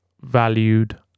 valued